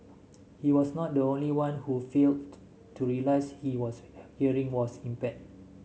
he was not the only one who failed to realise his was hearing was impaired